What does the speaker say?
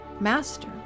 Master